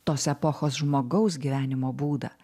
tos epochos žmogaus gyvenimo būdą